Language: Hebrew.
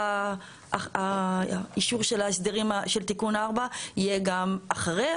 מה שהיה ערב האישור של תיקון 4 יהיה גם אחרי,